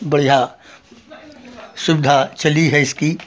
बढ़िया सुविधा चली है इसकी